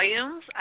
volumes